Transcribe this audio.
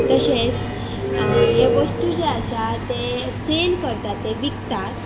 तशेंच हे वस्तू जे आसा ते सेल करतात ते विकतात